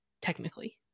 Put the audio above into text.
technically